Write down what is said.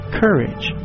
courage